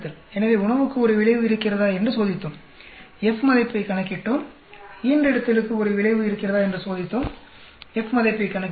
எனவே உணவுக்கு ஒரு விளைவு இருக்கிறதா என்று சோதித்தோம் F மதிப்பைக் கணக்கிட்டோம் ஈன்றெடுத்தலுக்கு ஒரு விளைவு இருக்கிறதா என்று சோதித்தோம் F மதிப்பைக் கணக்கிட்டோம்